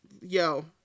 yo